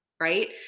right